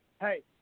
hey